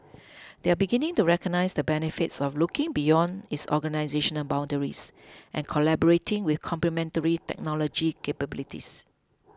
they are beginning to recognise the benefits of looking beyond its organisational boundaries and collaborating with complementary technology capabilities